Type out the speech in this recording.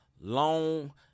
long